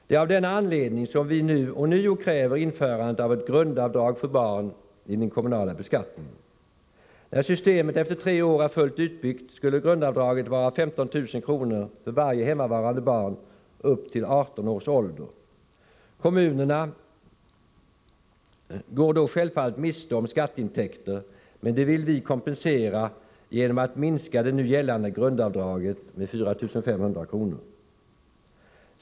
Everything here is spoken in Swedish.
Det är av denna anledning som vi nu ånyo kräver införandet av ett grundavdrag för barn i den kommunala beskattningen. När systemet efter tre år är fullt utbyggt, skulle grundavdraget vara 15 000 kr. för varje hemmavarande barn upp till 18 års ålder. Kommunerna går då självfallet miste om skatteintäkter, men det vill vi kompensera genom att minska det nu gällande grundavdraget med 4 500 kr.